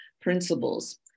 principles